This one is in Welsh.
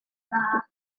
dda